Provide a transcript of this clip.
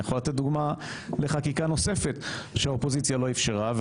אני יכול לתת דוגמה לחקיקה נוספת שהאופוזיציה לא אפשרה,